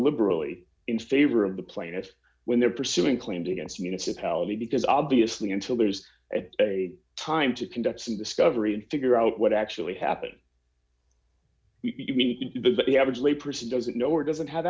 liberally in favor of the plaintiff when they're pursuing claims against a municipality because obviously until there's at a time to conduct some discovery and figure out what actually happened you mean that the average lay person doesn't know or doesn't have